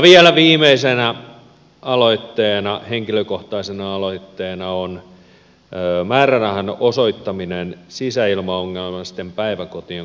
vielä viimeisenä aloitteena henkilökohtaisena aloitteena on määrärahan osoittaminen sisäilmaongelmaisten päiväkotien korjaushankkeisiin